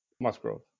Musgrove